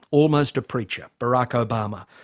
almost a preacher. barack obama,